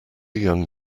young